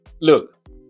Look